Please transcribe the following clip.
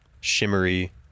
shimmery